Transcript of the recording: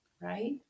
Right